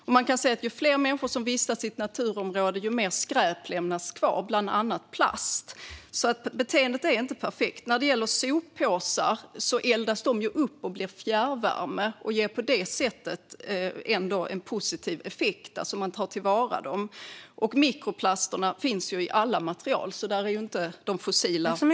Man kan se att ju fler människor som vistas i ett naturområde, desto mer skräp lämnas kvar och bland annat plast. När det gäller soppåsar eldas de upp och blir fjärrvärme. De ger på det sättet en positiv effekt. Man tar till vara dem. Mikroplasterna finns i alla material. Där är inte de fossila sämre.